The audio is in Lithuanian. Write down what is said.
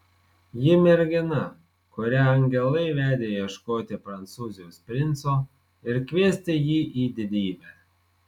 ji mergina kurią angelai vedė ieškoti prancūzijos princo ir kviesti jį į didybę